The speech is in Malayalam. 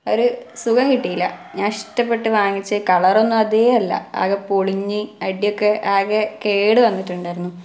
ഒരു സുഖം കിട്ടിയില്ല ഞാൻ ഇഷ്ടപ്പെട്ടു വാങ്ങിച്ചു കളറൊന്നും അതേ അല്ല ആകെ പൊളിഞ്ഞ് അടിയൊക്കെ ആകെ കേടു വന്നിട്ടുണ്ടായിരുന്നു